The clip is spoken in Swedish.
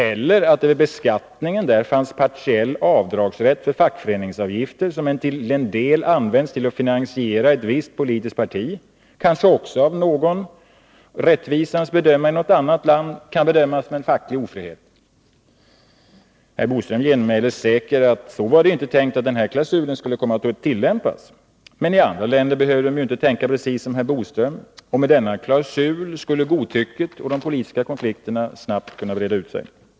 Att det vid beskattningen i landet i fråga fanns partiell rätt till avdrag för fackföreningsavgifter som till en del används till att finansiera ett 63 visst politiskt parti kanske också av någon rättvisans bedömare i något annat land kan anses vara en facklig ofrihet. Herr Bodström genmäler säkert att så var det inte tänkt att denna klausul skulle tillämpas, men i andra länder behöver de ju inte tänka precis som herr Bodström, och med denna klausul skulle godtycket och de politiska konflikterna snabbt kunna breda ut sig.